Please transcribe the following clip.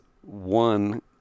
one